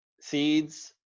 seeds